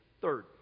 Third